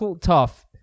tough